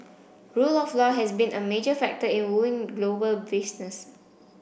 rule of law has been a major factor in wooing global business